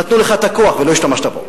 נתנו לך את הכוח ולא השתמשת בו.